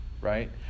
Right